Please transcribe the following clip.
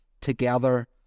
together